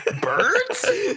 Birds